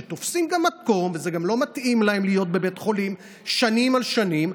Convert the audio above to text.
שגם תופסים מקום וזה גם לא מתאים להם להיות בבית חולים שנים על שנים,